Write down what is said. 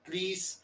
Please